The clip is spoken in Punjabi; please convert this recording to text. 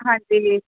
ਹਾਂਜੀ